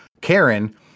Karen